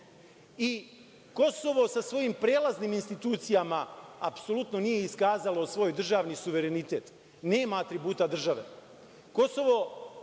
i Kosovom sa svojim prelaznim institucijama apsolutno nije iskazalo svoj državni suverenitet. Nema atributa države.